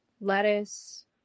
lettuce